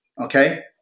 okay